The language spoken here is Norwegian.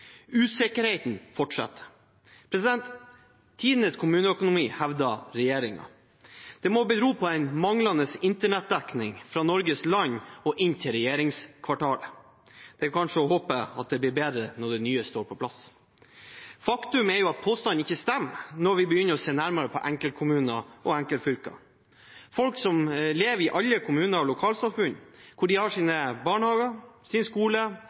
Usikkerheten fortsetter. Tidenes kommuneøkonomi, hevder regjeringen. Det må bero på manglende internettdekning fra Norges land og inn til regjeringskvartalet. Det er å håpe at det kanskje blir bedre når det nye står på plass. Faktum er at påstanden ikke stemmer, når vi begynner å se nærmere på enkeltkommuner og enkeltfylker. Folk lever i alle kommunene og lokalsamfunnene, hvor de har sine barnehager, sin skole